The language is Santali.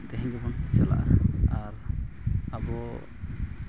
ᱛᱮᱦᱮᱧ ᱜᱮᱵᱚᱱ ᱪᱟᱞᱟᱜᱼᱟ ᱟᱨ ᱟᱵᱚ